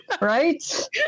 right